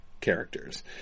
characters